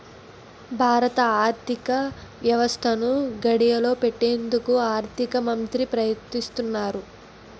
భారత ఆర్థిక వ్యవస్థను గాడిలో పెట్టేందుకు ఆర్థిక మంత్రి ప్రయత్నిస్తారు